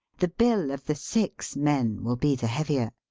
the bill of the six men will be the heavier.